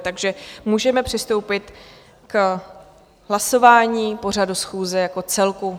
Takže můžeme přistoupit k hlasování pořadu schůze jako celku.